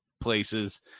places